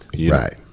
Right